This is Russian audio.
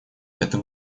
это